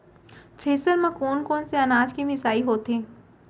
Thresher म कोन कोन से अनाज के मिसाई होथे?